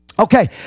Okay